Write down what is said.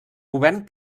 govern